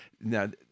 Now